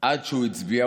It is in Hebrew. עד שהוא הצביע,